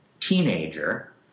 teenager